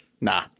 Nah